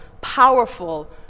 powerful